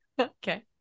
Okay